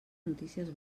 notícies